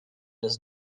does